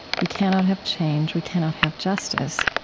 we cannot have change, we cannot have justice,